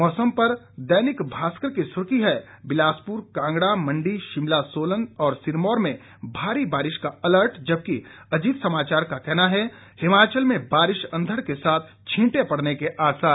मौसम पर दैनिक भास्कर की सुर्खी है बिलासपुर कांगड़ा मंडी शिमला सोलन सिरमौर में भारी बारिश का अलर्ट जबकि अजीत समाचार का कहना है हिमाचल में बारिश अंधड़ के साथ छींटे पड़ने के आसार